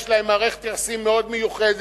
יש להם מערכת יחסים מאוד מיוחדת